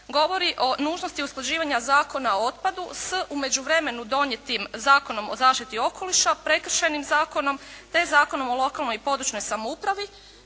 govori o nužnosti usklađivanja Zakona o otpadu s, u međuvremenu donijetim Zakonom o zaštiti okoliša, Prekršajnim zakonom te Zakonom o lokalnoj i područnoj samoupravi